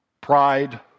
Pride